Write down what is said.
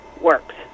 works